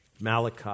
Malachi